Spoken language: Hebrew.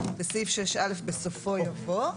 בסעיף 6א בסופו יבוא,